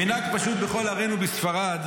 "מנהג פשוט בכל ערינו בספרד,